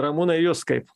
ramūnai jus kaip